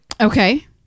Okay